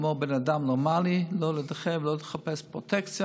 כמו בן אדם נורמלי, לא להידחף, לא לחפש פרוטקציה.